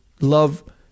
love